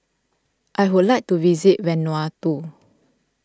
I would like to visit Vanuatu